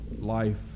life